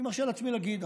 אני מרשה לעצמי להגיד,